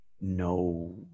no